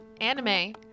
anime